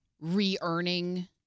re-earning